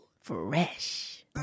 Fresh